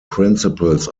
principles